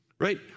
right